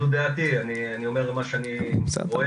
זו דעתי, אני אומר את מה שאני רואה.